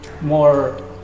more